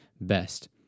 best